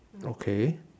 okay